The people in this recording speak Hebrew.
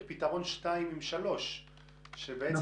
פתרון 2 עם 3. אולי אני לא מכיר את הפרטים מספיק.